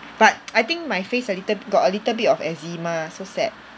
but I think my face a little bi~ got a little bit of eczema so sad